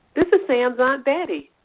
this is sam's aunt betty.